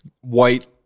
white